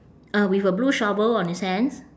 uh with a blue shovel on his hands